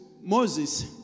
Moses